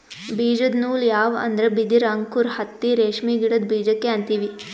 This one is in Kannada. ಬೀಜದ ನೂಲ್ ಯಾವ್ ಅಂದ್ರ ಬಿದಿರ್ ಅಂಕುರ್ ಹತ್ತಿ ರೇಷ್ಮಿ ಗಿಡದ್ ಬೀಜಕ್ಕೆ ಅಂತೀವಿ